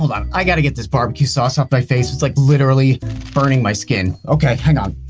um i gotta get this bbq sauce off my face. it's like literally burning my skin. okay hang on.